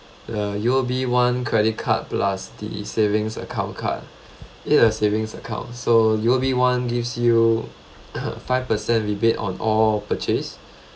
uh U_O_B one credit card plus the savings account card it a savings account so U_O_B one gives you five percent rebate on all purchase